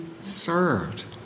served